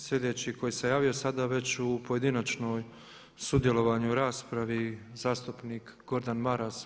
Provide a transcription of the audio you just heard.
Sljedeći koji se javio sada već u pojedinačnoj sudjelovanju u raspravu zastupnik Gordan Maras.